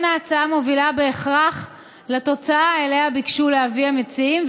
אין ההצעה מובילה בהכרח לתוצאה שאליה ביקשו להביא המציעים,